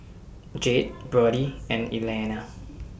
Jade Brody and Elaina